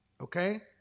Okay